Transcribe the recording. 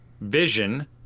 Vision